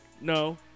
No